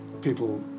people